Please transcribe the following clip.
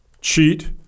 cheat